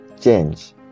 Change